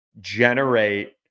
generate